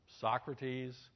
Socrates